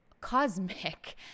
cosmic